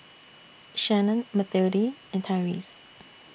Shannon Mathilde and Tyreese